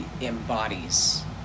embodies